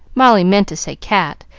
molly meant to say cat,